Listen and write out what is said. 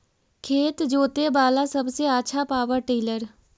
खेत जोते बाला सबसे आछा पॉवर टिलर?